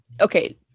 Okay